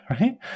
right